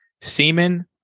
Semen